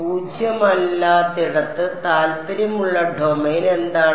പൂജ്യമല്ലാത്തിടത്ത് താൽപ്പര്യമുള്ള ഡൊമെയ്ൻ എന്താണ്